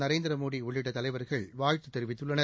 நரேந்திரமோடி உள்ளிட்ட தலைவர்கள் வாழ்த்து தெரிவித்துள்ளனர்